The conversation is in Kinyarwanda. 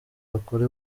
bakora